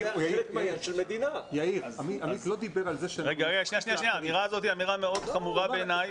האמירה הזאת בעיניי היא אמירה חמורה.